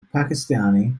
pakistani